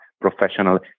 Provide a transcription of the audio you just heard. professional